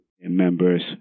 members